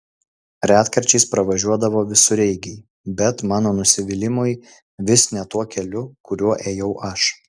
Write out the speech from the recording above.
retkarčiais pravažiuodavo visureigiai bet mano nusivylimui vis ne tuo keliu kuriuo ėjau aš